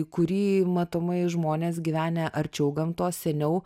kurį matomai žmonės gyvenę arčiau gamtos seniau